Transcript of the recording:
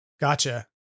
Gotcha